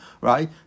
right